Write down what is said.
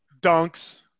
Dunks